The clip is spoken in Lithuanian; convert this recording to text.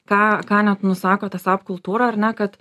ką ką net nusako ta sap kultūra ar ne kad